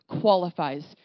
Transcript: qualifies